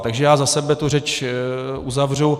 Takže já za sebe tu řeč uzavřu.